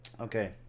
Okay